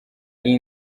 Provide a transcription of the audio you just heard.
iyi